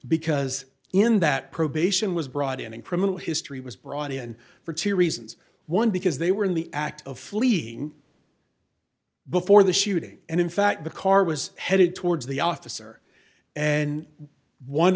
because in that probation was brought in in criminal history was brought in for two reasons one because they were in the act of fleeing before the shooting and in fact the car was headed towards the officer and one